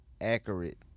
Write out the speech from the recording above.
accurate